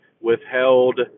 withheld